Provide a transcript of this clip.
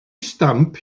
stamp